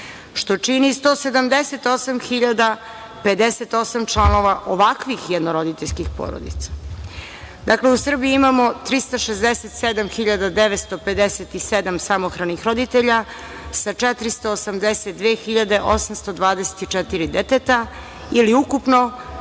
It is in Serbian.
što čini 178.058 članova ovakvih jedno-roditeljskih porodica. Dakle, u Srbiji imamo 367.957 samohranih roditelja sa 482.824 deteta ili ukupno